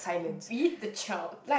beat the child